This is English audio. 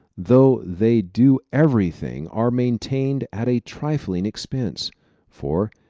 though they do everything are maintained at a trifling expense for,